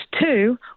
two